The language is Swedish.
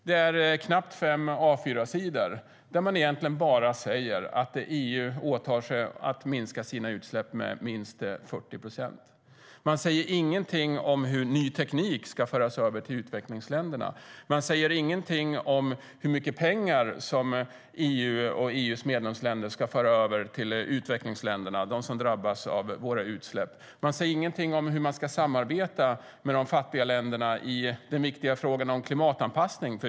Det är knappt fem A4-sidor där man egentligen bara säger att EU åtar sig att minska sina utsläpp med minst 40 procent. Man säger ingenting om hur ny teknik ska föras över till utvecklingsländerna. Man säger inget om hur mycket pengar EU och EU:s medlemsländer ska föra över till de utvecklingsländer som drabbas av våra utsläpp. Man säger ingenting om hur man ska samarbeta med de fattiga länderna i den viktiga frågan om klimatanpassning.